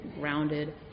grounded